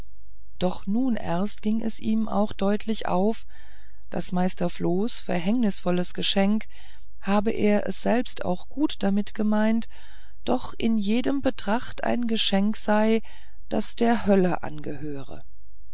doch nun erst ging es ihm auch deutlich auf daß meister flohs verhängnisvolles geschenk habe er es selbst auch gut damit gemeint doch in jedem betracht ein geschenk sei das der hölle angehöre